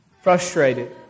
Frustrated